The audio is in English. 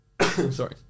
Sorry